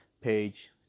page